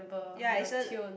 ya is a